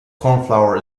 cornflour